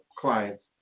clients